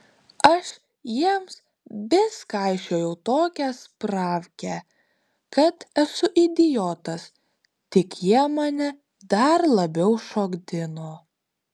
aš jiems vis kaišiojau tokią spravkę kad esu idiotas tik jie mane dar labiau šokdino